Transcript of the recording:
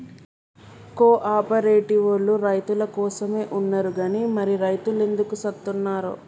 కో ఆపరేటివోల్లు రైతులకోసమే ఉన్నరు గని మరి రైతులెందుకు సత్తున్నరో